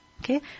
Okay